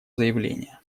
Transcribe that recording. заявление